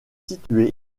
située